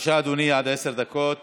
אנחנו עוברים